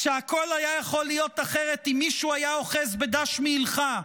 שהכול היה יכול להיות אחרת אם מישהו היה אוחז בדש מעילך.